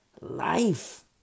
Life